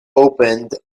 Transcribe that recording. opened